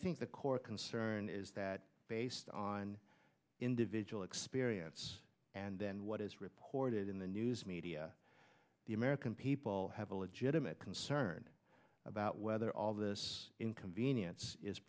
think the core concern is that based on individual experience and then what is reported in the news media the american people have a legitimate concern about whether all this inconvenience is